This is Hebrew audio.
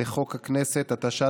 59, כולל חבר הכנסת זוהר,